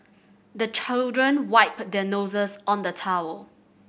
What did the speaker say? the children wipe their noses on the towel